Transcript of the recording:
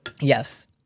Yes